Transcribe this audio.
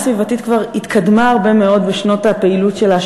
הסביבתית כבר התקדמה הרבה מאוד בשנות הפעילות שלה,